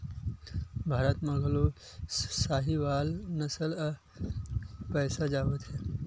भारत म घलो साहीवाल नसल ल पोसे जावत हे